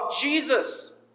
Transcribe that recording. Jesus